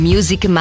Music